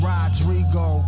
Rodrigo